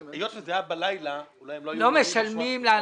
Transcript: היות שזה היה בלילה אולי הם לא היו --- לא משלמים לאנשים.